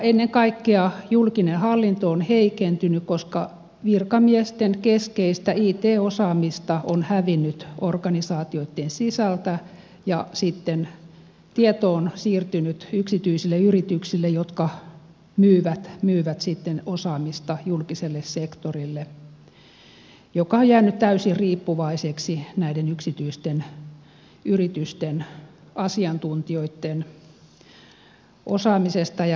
ennen kaikkea julkinen hallinto on heikentynyt koska virkamiesten keskeistä it osaamista on hävinnyt organisaatioitten sisältä ja sitten tieto on siirtynyt yksityisille yrityksille jotka myyvät osaamista julkiselle sektorille joka on jäänyt täysin riippuvaiseksi näiden yksityisten yritysten asiantuntijoitten osaamisesta ja rahastuksesta